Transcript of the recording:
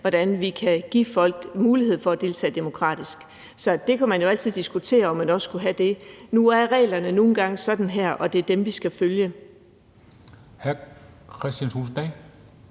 hvordan vi kan give folk mulighed for at deltage demokratisk. Så man kan jo altid diskutere, om man også skulle have det. Nu er reglerne nu engang sådan her, og det er dem, vi skal følge.